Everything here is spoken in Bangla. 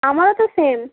আমারও তো সেম